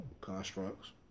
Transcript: constructs